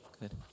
Good